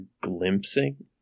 glimpsing